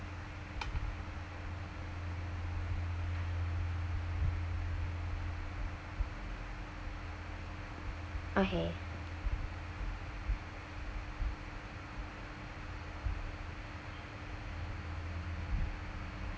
okay